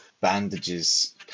Bandages